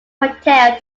hotel